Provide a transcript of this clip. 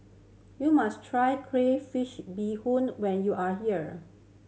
you must try crayfish beehoon when you are here